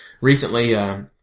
recently